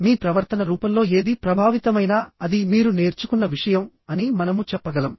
మీ ప్రవర్తన రూపంలో ఏది ప్రభావితమైనా అది మీరు నేర్చుకున్న విషయం అని మనము చెప్పగలం